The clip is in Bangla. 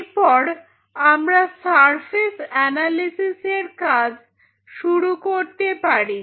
এরপর আমরা সার্ফেস অ্যানালিসিসের কাজ শুরু করতে পারি